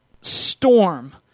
storm